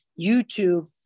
YouTube